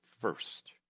first